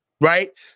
Right